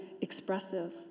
expressive